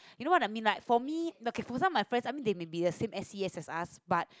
you know what I mean like for me okay for some my friends they maybe as same as yes as us but